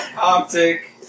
optic